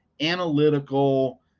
analytical